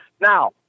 now